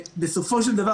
בסופו של דבר,